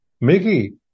Mickey